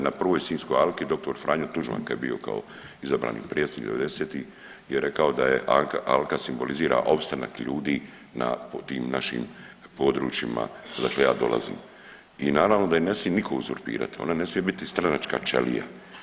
Na 1. Sinjskoj alki, dr. Franjo Tuđman, kad je bio kao izabrani predsjednik 90-ih je rekao da je Alka simbolizira opstanak ljudi po tim našim područjima odakle ja dolazim i naravno da je ne smije nitko uzurpirati, ona ne smije biti stranačka ćelija.